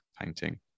painting